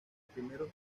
primeros